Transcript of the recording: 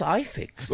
iFix